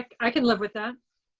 i can live with that.